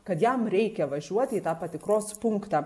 kad jam reikia važiuoti į tą patikros punktą